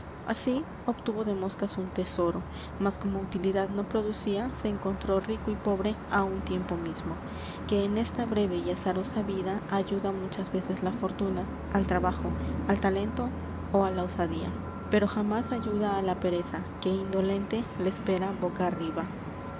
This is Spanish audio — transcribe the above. así obtuvo de moscas un tesoro mas como utilidad no producía se encontró rico y pobre á un tiempo mismo que en esta breve y azarosa vida ayuda muchas veces la fortuna al trabajo al talento ó la osadía pero jamás ayuda á la pereza que indolente la espera boca arriba